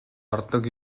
ордог